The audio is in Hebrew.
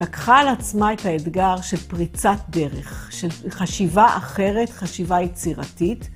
לקחה על עצמה את האתגר של פריצת דרך, של חשיבה אחרת, חשיבה יצירתית.